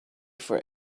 for